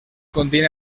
contiene